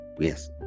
Yes